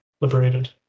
Liberated